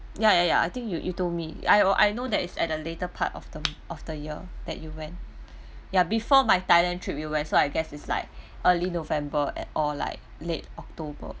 ya ya ya I think you you told me I will I know that is at the later part of term of the year that you went ya before my thailand trip we went so I guess is like early november at or like late october